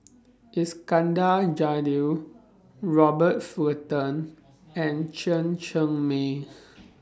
Iskandar Jalil Robert Fullerton and Chen Cheng Mei